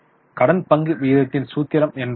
கடன் பங்கு விகிதத்தின் சூத்திரம் என்றால் என்ன